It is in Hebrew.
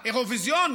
אירוויזיון,